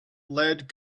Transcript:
lead